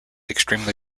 extremely